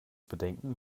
bedenken